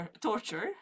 torture